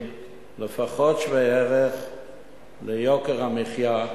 לפחות באופן שווה-ערך ליוקר המחיה,